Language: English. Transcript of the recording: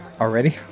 Already